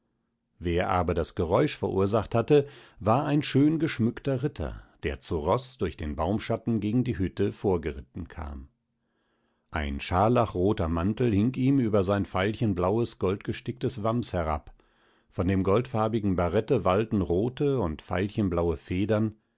wer aber das geräusch verursacht hatte war ein schön geschmückter ritter der zu roß durch den baumschatten gegen die hütte vorgeritten kam ein scharlachroter mantel hing ihm über sein veilchenblaues goldgesticktes wams herab von dem goldfarbigen barette wallten rote und veilchenblaue federn